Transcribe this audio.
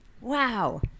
Wow